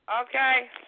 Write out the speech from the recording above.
Okay